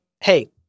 hey